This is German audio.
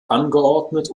angeordnet